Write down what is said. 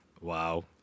wow